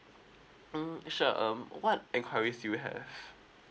um sure um what enquiries do you have